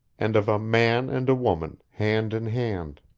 and of a man and a woman, hand in hand.